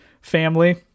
family